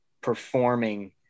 performing